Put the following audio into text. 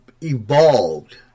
evolved